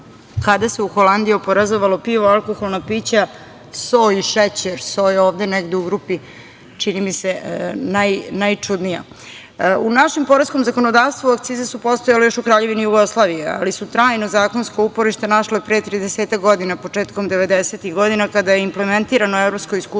kada se u Holandiji oporezovalo pivo, alkoholna pića, so i šećer. So je ovde negde u grupi, čini mi se, najčudnija.U našem poreskom zakonodavstvu akcize su postojale još u Kraljevini Jugoslaviji, ali su trajno zakonsko uporište našle pre 30-ak godina, početkom devedesetih godina, kada je implementirano evropsko iskustvo